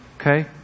okay